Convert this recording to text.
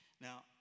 Now